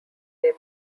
their